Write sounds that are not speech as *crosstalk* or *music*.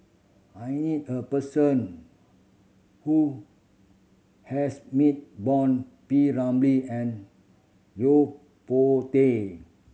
I need a person who has meet *unintelligible* P Ramlee and Yo Po Tee